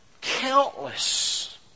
countless